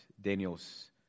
Daniel's